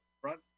front